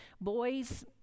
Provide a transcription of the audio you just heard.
boys